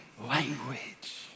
language